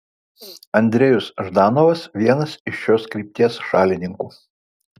andrejus ždanovas vienas iš šios krypties šalininkų